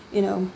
you know